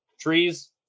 Trees